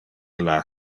illa